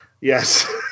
Yes